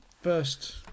First